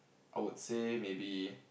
I would say maybe